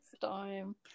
time